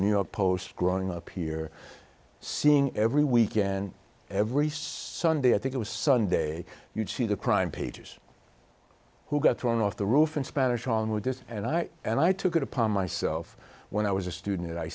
new york post growing up here seeing every weekend every sunday i think it was sunday you'd see the crime pages who got thrown off the roof and spanish wrong with this and i and i took it upon myself when i was a student